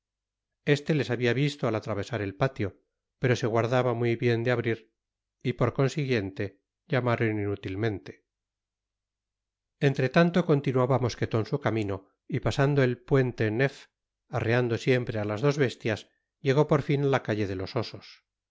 este les habia visto al atravesar el patio pero se guardaba muy bien de abrir y por consiguiente llamaron inútilmente entretanto continuaba mosqueton su camino y pasando el puente neuf arreando siempre á las dos bestias llegó por fin ála calle de los osos